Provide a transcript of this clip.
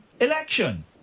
election